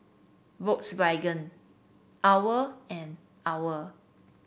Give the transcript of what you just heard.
Volkswagen OWL and OWL